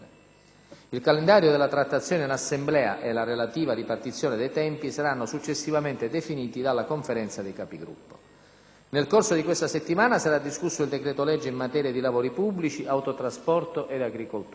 Il calendario della trattazione in Assemblea e la relativa ripartizione dei tempi saranno successivamente definiti dalla Conferenza dei Capigruppo. Nel corso di questa settimana sarà discusso il decreto-legge in materia di lavori pubblici, autotrasporto e agricoltura.